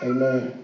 Amen